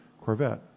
Corvette